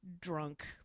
drunk